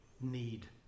need